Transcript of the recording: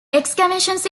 excavations